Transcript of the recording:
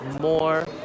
more